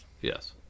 Yes